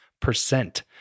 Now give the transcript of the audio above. percent